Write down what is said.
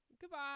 Goodbye